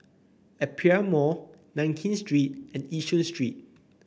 Aperia Mall Nankin Street and Yishun Street